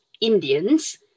Indians